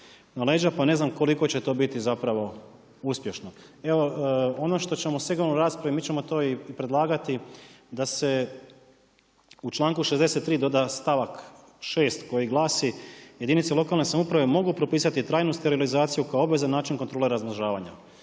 na leđa pa ne znam koliko će to biti zapravo uspješno. Evo, ono što ćemo sigurno u raspravi, mi ćemo to i predlagati da se u članku 63. doda stavak 6 koji glasi: „Jedinice lokalne samouprave mogu propisati trajnu sterilizaciju kao obvezan način kontrole razmnožavanja.“.